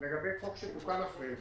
לגבי חוק שתוקן אחרי זה,